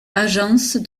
agence